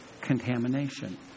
contamination